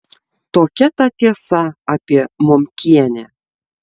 tokia ta tiesa apie momkienę